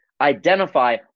identify